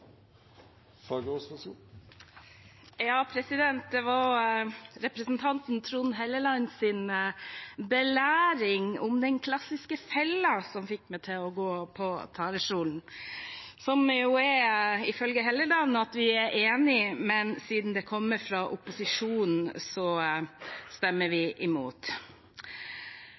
Det var representanten Trond Helleland sin belæring om den klassiske fella som fikk meg til å gå på talerstolen, som – ifølge Helleland – er at vi er enig, men siden det kommer fra opposisjonen, stemmer vi imot.